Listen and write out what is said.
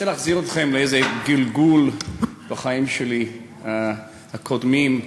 אני רוצה להחזיר אתכם לאיזה גלגול בחיים הקודמים שלי,